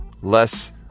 less